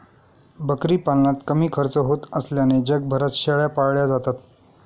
बकरी पालनात कमी खर्च होत असल्याने जगभरात शेळ्या पाळल्या जातात